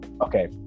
okay